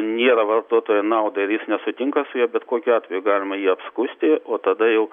nėra vartotojo naudai ir jis nesutinka su juo bet kokiu atveju galima jį apskųsti o tada jau